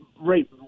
right